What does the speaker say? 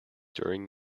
during